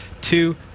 two